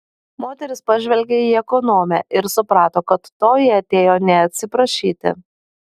moteris pažvelgė į ekonomę ir suprato kad toji atėjo ne atsiprašyti